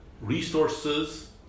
resources